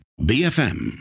BFM